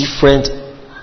different